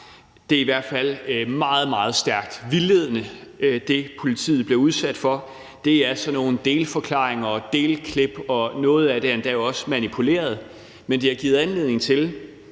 det er i hvert fald meget, meget stærkt vildledende, hvad politiet bliver udsat for. Det er sådan nogle delforklaringer og delklip, og noget af det er endda også manipuleret. Men det har givet anledning til,